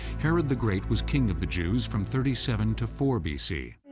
herod the great was king of the jews from thirty seven to four b c.